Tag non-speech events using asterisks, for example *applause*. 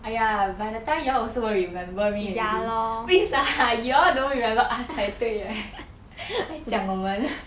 !aiya! by the time you all also won't remember me already please lah you all won't remember us 才对 right *laughs* 还讲我们